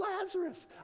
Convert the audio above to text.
Lazarus